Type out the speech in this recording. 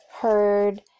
heard